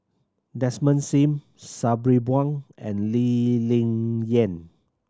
Desmond Sim Sabri Buang and Lee Ling Yen